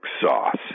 sauce